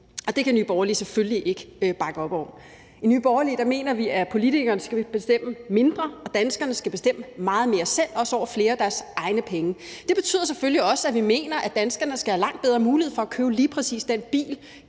og det kan Nye Borgerlige selvfølgelig ikke bakke op om. I Nye Borgerlige mener vi, at politikerne skal bestemme mindre, og at danskerne skal bestemme meget mere selv, også over flere af deres egne penge, og det betyder selvfølgelig også, at vi mener, at danskerne skal have langt bedre mulighed for at købe lige præcis den bil,